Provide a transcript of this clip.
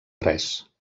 res